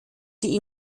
die